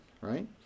right